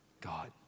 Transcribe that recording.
God